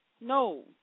no